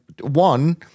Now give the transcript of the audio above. One